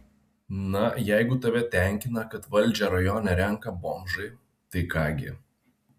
na jeigu tave tenkina kad valdžią rajone renka bomžai tai ką gi